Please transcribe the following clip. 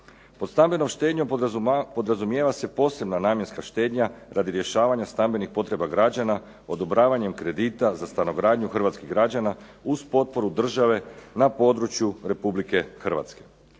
Pod stambenom štednjom podrazumijeva se posebna namjenska štednja radi rješavanja stambenih potreba građana odobravanjem kredita za stanogradnju hrvatskih građana uz potporu države na području Republike Hrvatske.